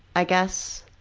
i guess.